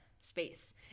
space